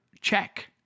check